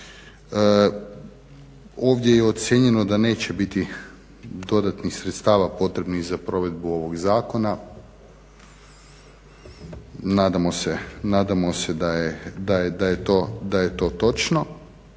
Ovdje je ocijenjeno da neće biti dodatnih sredstava potrebnih za provedbu ovog zakona, nadamo se da je to točno.